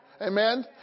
Amen